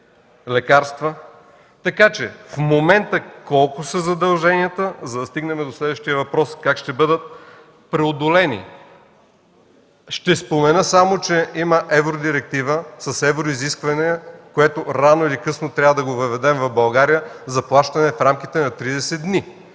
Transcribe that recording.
лекарства. В момента колко са задълженията, за да стигнем до следващия въпрос: как ще бъдат преодолени? Ще спомена само, че има Евродиректива с евроизисквания – рано или късно трябва да въведем в България заплащане в рамките на 30 дни.